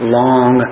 long